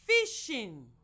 Fishing